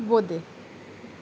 বোঁদে